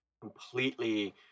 completely